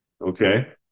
okay